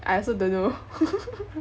I also don't know